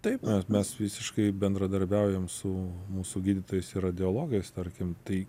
taip mes visiškai bendradarbiaujam su mūsų gydytojais ir radiologais tarkim tai